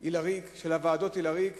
היא לריק, של הוועדות, היא לריק.